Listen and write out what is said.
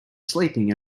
sleeping